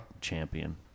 champion